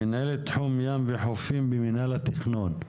מנהלת תחום ים וחופים במינהל התכנון,